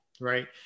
Right